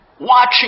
watching